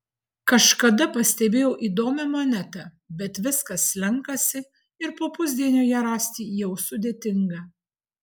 kažkada pastebėjau įdomią monetą bet viskas slenkasi ir po pusdienio ją rasti jau sudėtinga